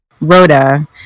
Rhoda